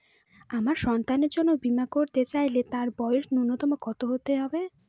আমার সন্তানের জন্য বীমা করাতে চাইলে তার বয়স ন্যুনতম কত হতেই হবে?